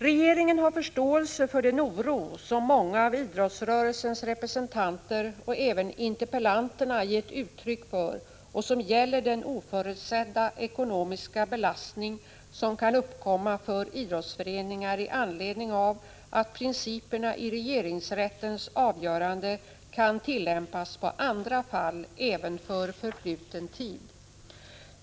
Regeringen har förståelse för den oro som många av idrottsrörelsens representanter och även interpellanterna gett uttryck för och som gäller den oförutsedda ekonomiska belastning som kan uppkomma för idrottsföreningar i anledning av att principerna i regeringsrättens avgörande kan tillämpas på andra fall även för förfluten tid.